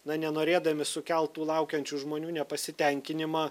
na nenorėdami sukelt tų laukiančių žmonių nepasitenkinimą